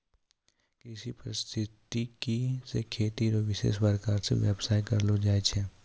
कृषि परिस्थितिकी से खेती रो विशेष प्रकार रो व्यबस्था करलो जाय छै